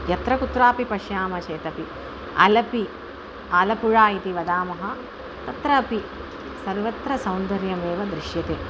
यत्र कुत्रापि पश्यामश्चेदपि आलपि आलपुळा इति वदामः तत्र अपि सर्वत्र सौन्दर्यमेव दृश्यते